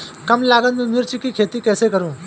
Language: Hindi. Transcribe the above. कम लागत में मिर्च की खेती कैसे करूँ?